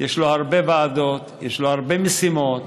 יש הרבה ועדות, יש הרבה משימות.